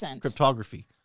cryptography